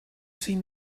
seen